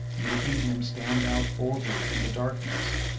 making him stand out boldly in the darkness,